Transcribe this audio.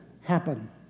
happen